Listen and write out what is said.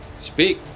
Speak